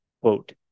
quote